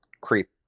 creep